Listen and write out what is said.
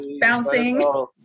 bouncing